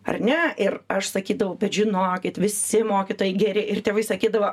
ar ne ir aš sakydavau bet žinokit visi mokytojai geri ir tėvai sakydavo